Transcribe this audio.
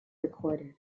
recorded